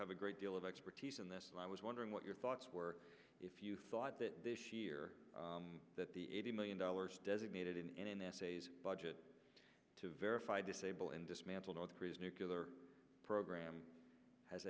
have a great deal of expertise in this and i was wondering what your thoughts were if you thought that this year that the eighty million dollars designated in n a s a s budget to verify disable and dismantle north korea's nuclear program has